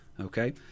Okay